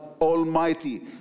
Almighty